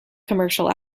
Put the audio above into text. commercial